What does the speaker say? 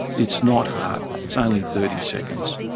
it's not hard. it's only thirty seconds.